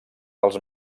dels